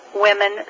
Women